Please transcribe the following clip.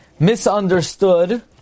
misunderstood